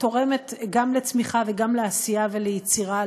תורמת גם לצמיחה וגם לעשייה וליצירה,